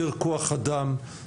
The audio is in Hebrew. יותר כוח אדם,